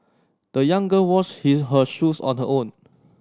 the young girl washed his her shoes on her own